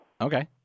Okay